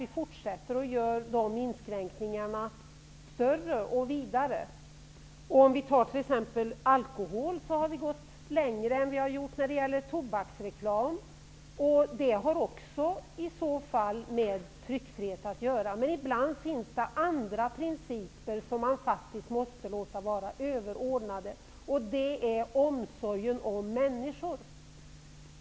Vi fortsätter nu med att vidga omfattningen av dessa inskränkningar. Vi har gått längre i fråga om alkohol än i fråga om tobaksreklamen. Det är också något som har med frågan om tryckfriheten att göra. Men ibland måste andra principer få vara överordnade, och här är det fråga om omsorgen om människor.